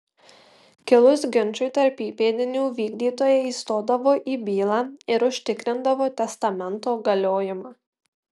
kilus ginčui tarp įpėdinių vykdytojai įstodavo į bylą ir užtikrindavo testamento galiojimą